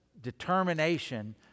determination